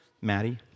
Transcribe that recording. Maddie